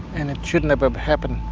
and it shouldn't have um happened.